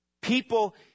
People